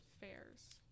fairs